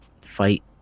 fight